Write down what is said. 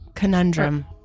Conundrum